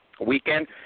weekend